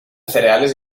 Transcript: cereales